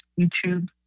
YouTube